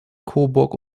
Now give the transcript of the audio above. coburg